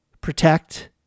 protect